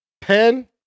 Pen